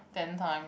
ten time